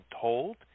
told